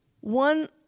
one